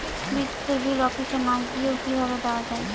বিদ্যুতের বিল অফিসে না গিয়েও কিভাবে দেওয়া য়ায়?